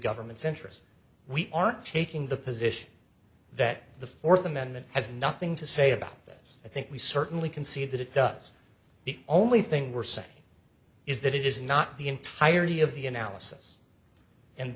government's interest we are taking the position that the fourth amendment has nothing to say about this i think we certainly can see that it does the only thing we're say is that it is not the entirety of the analysis and